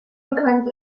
bekannt